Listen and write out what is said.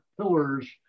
pillars